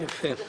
יפה.